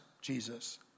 Jesus